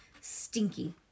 Stinky